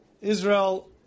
Israel